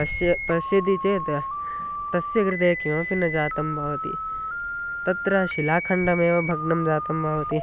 पश्य पश्यति चेत् तस्य कृते किमपि न जातं भवति तत्र शिलाखण्डमेव भग्नं जातं भवति